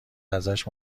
ازش